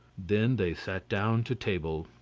then they sat down to table.